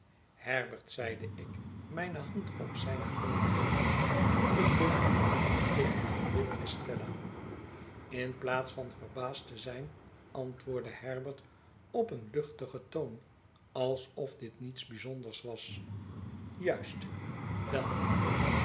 herbert zeide ik mijne hand op zijne knie leggende ik bemin ik aanbid estella in plaats van verbaasd te zijn antwoordde herbert op een luchtigen toon alsof dit niets bijzonders was juist wei